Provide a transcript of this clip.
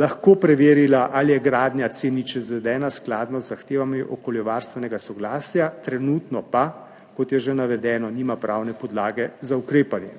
lahko preverila, ali je gradnja C0 izvedena skladno z zahtevami okoljevarstvenega soglasja, trenutno pa, kot je že navedeno, nima pravne podlage za ukrepanje.